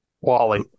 Wally